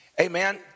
Amen